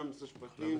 גם משרד המשפטים,